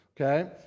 Okay